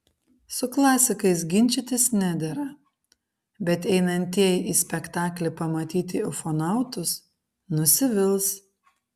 su klasikais ginčytis nedera bet einantieji į spektaklį pamatyti ufonautus nusivils